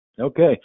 Okay